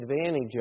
advantage